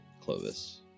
Clovis